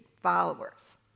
followers